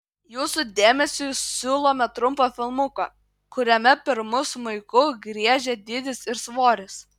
jūsų dėmesiui siūlome trumpą filmuką kuriame pirmu smuiku griežia dydis ir svoris